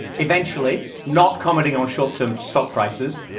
eventually, not commenting on short-term stock prices,